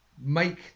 make